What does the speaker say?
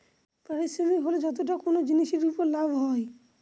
পারিশ্রমিক হল যতটা কোনো জিনিসের উপর লাভ হয়